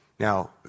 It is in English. Now